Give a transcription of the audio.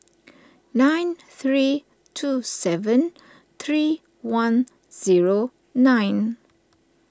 nine three two seven three one zero nine